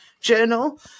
journal